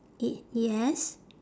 i~ yes